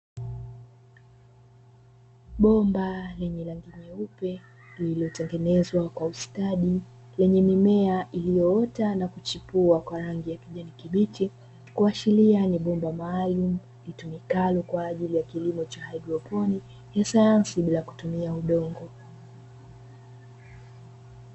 Bomba lenye rangi nyeupe lililotengenezwa kwa ustadi lenye mimea iliyoota na kuchipua kwa rangi ya kijani kibichi, kuashiria ni bomba maalumu litumikalo kwa ajili ya kilimo cha haidroponi cha sayansi bila kutumia udongo.